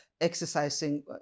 exercising